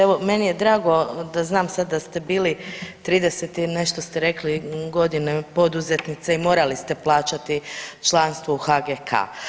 Evo meni je drago da znam sad da ste bili 30 i nešto ste rekli godina poduzetnica i morali ste plaćati članstvo u HGK.